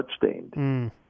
bloodstained